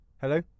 Hello